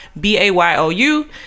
B-A-Y-O-U